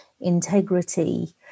integrity